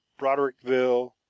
Broderickville